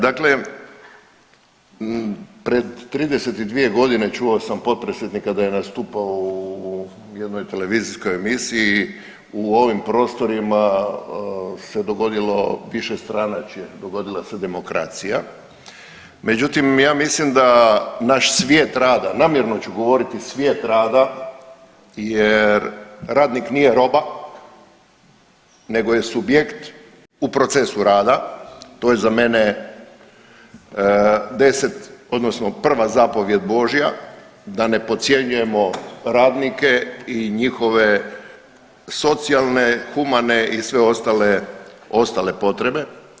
Dakle, pred 32 godine čuo sam potpredsjednika da je nastupao u jednoj televizijskoj emisiji, u ovim prostorima se dogodilo višestranačje, dogodila se demokracija, međutim ja mislim da naš svijet rada, namjerno ću govoriti svijet rada jer radnik nije roba, nego je subjekt u procesu rada to je za mene 10 odnosno 1 zapovijed božja da ne podcjenjujemo radnike i njihove socijalne, humane i sve ostale, ostale potrebe.